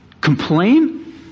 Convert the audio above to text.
Complain